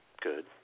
Good